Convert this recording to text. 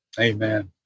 Amen